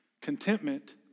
Contentment